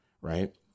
Right